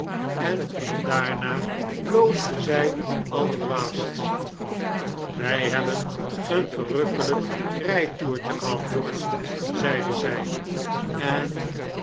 en daarna bloosde zij allerdwaast wij hebben een verrukkelijk rijtoertje gehad george zeide zij en